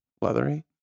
Leathery